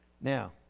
Now